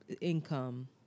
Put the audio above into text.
income